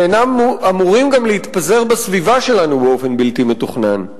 ואינם אמורים גם להתפזר בסביבה שלנו באופן בלתי מתוכנן,